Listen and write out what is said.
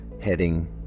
heading